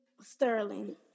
Sterling